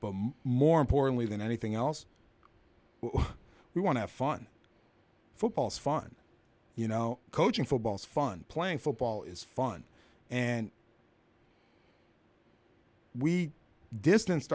but more importantly than anything else we want to fun football is fun you know coaching football is fun playing football is fun and we distance